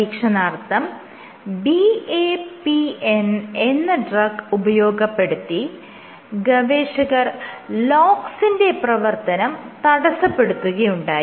പരീക്ഷണാർത്ഥം BAPN എന്ന drug ഉപയോഗപ്പെടുത്തി ഗവേഷകർ LOX ന്റെ പ്രവർത്തനം തടസ്സപ്പെടുത്തുകയുണ്ടായി